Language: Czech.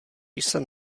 jsem